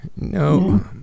No